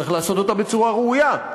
צריך לעשות אותה בצורה ראויה,